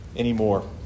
anymore